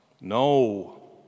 no